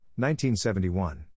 1971